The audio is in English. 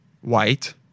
white